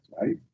right